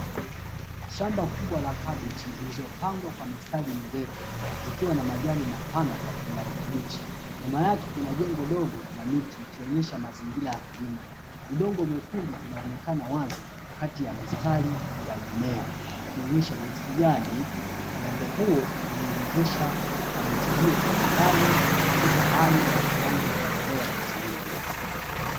Shamba kubwa la kabichi zilizopanga kwa mistari mirefu, zikiwa na majani mapana ya kijani kibichi. Nyuma yake kuna jengo dogo na miti ikionyesha mazingira ya kilimo. Udongo mwekundu unaonekana wazi kati ya mistari ya mimea, ikionyesha jinsi gani udongo huo unawezesha kabichi hiyo kustawi katika hali ya kiwango cha ubora zaidi.